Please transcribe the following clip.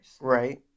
Right